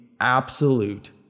absolute